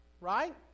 right